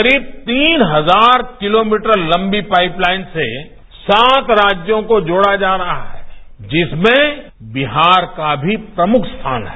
करीब तीन हजार किलोमीटर लंबी पाईपलाइन से सात राज्यों को जोडा जा रहा है जिसमें बिहार का भी प्रमुख स्थान है